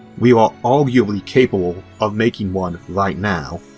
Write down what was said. we are arguably capable of making one right now.